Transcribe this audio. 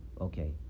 Okay